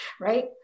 right